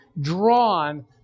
drawn